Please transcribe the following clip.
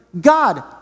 God